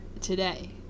today